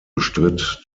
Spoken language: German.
bestritt